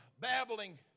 babbling